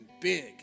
big